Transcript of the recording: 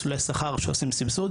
מסלולי שכר שעושים סבסוד,